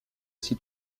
s’y